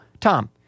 tom